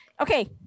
Okay